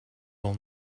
will